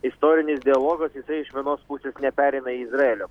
istorinis dialogas jisai iš vienos pusės nepereina į izraelio